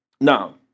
now